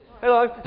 Hello